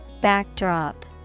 Backdrop